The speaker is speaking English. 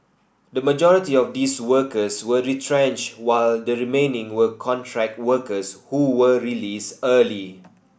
the majority of these workers were retrenched while the remaining were contract workers who were released early